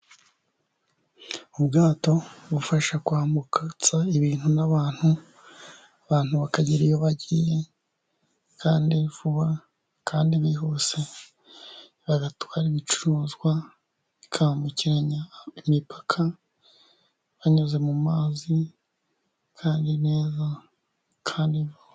Ubwato bufasha kwambukatsa ibintu n'abantu abantu bakagera iyo bagiye vuba kandi bihuse. Bagatwara ibicuruzwa bikambukiranya imipaka, banyuze mu mazi neza kandi vuba.